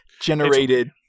Generated